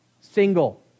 single